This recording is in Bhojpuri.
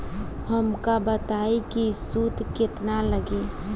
हमका बताई कि सूद केतना लागी?